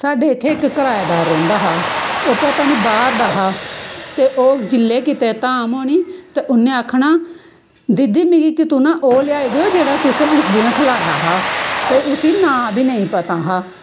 साढ़े इत्थै इक कराएदार रौंह्दा हा ओहे पता नी बाह्र दा हा ते ओ जिल्ले किते धाम होनी ते उन्ने आखना दीदी मिकी कितूं ना ओहे लेआई देओ जेह्ड़ा तुसें उस दिल खलाया हा ते उसी नांऽ बी नेईं पता हा